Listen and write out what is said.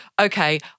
okay